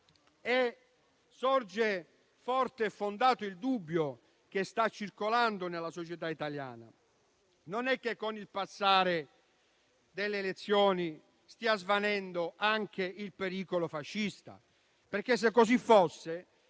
Sorge forte e fondato il dubbio che sta circolando nella società italiana: non è che con il passare delle elezioni stia svanendo anche il pericolo fascista? Se infatti così fosse,